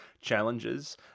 challenges